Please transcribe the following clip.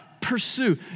pursue